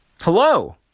Hello